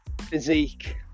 physique